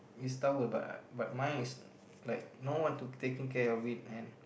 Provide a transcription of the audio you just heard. is towel but I but mine is like no one to taking care of it and